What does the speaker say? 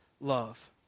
love